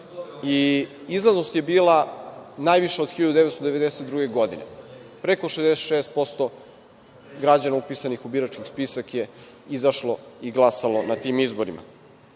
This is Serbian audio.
Izlaznost je bila najviša od 1992. godine. Preko 66% građana upisanih u birački spisak je izašlo i glasalo na tim izborima.